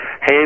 Hey